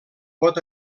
pot